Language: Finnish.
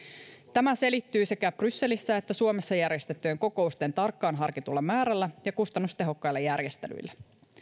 tämä selittyy sekä brysselissä että suomessa järjestettyjen kokousten tarkkaan harkitulla määrällä ja kustannustehokkailla järjestelyillä